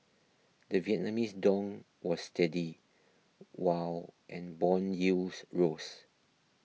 the Vietnamese dong was steady while and bond yields rose